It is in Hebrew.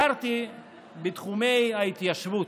גרתי בתחומי ההתיישבות.